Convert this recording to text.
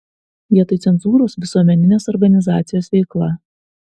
vietoj cenzūros visuomeninės organizacijos veikla